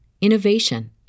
innovation